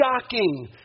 shocking